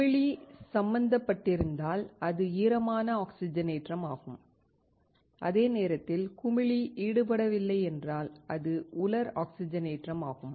குமிழி சம்பந்தப்பட்டிருந்தால் அது ஈரமான ஆக்சிஜனேற்றம் ஆகும் அதே நேரத்தில் குமிழி ஈடுபடவில்லை என்றால் அது உலர் ஆக்சிஜனேற்றம் ஆகும்